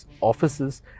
offices